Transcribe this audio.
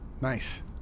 Nice